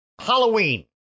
Halloween